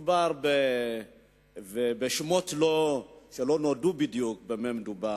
מדובר בשמות, שלא נודע בדיוק במה מדובר.